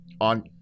on